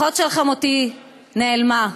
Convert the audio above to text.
אחות של חמותי נעלמה.